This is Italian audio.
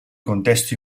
contesto